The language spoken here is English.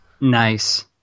Nice